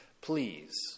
Please